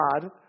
God